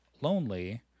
Lonely